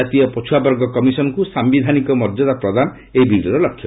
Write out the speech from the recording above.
କାତୀୟ ପଛୁଆବର୍ଗ କମିଶନ୍ଙ୍କୁ ସାୟିଧାନିକ ମର୍ଯ୍ୟଦା ପ୍ରଦାନ ଏହି ବିଲ୍ର ଲକ୍ଷ୍ୟ